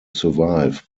survive